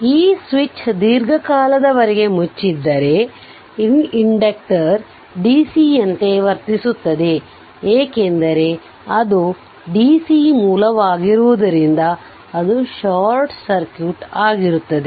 ಈ ಸ್ವಿಚ್ ದೀರ್ಘಕಾಲದವರೆಗೆ ಮುಚ್ಚಿದ್ದರೆ ಈ ಇಂಡಕ್ಟರ್ DC ಯಂತೆ ವರ್ತಿಸುತ್ತದೆ ಏಕೆಂದರೆ ಅದು DC ಮೂಲವಾಗಿರುವುದರಿಂದ ಅದು ಶಾರ್ಟ್ ಸರ್ಕ್ಯೂಟ್ ಆಗಿರುತ್ತದೆ